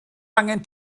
angen